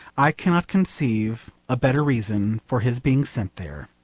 i cannot conceive a better reason for his being sent there.